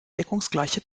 deckungsgleiche